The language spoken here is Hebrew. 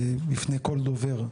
לפני כל דובר,